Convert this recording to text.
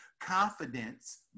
Confidence